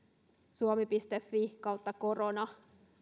suomi fi korona